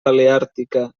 paleàrtica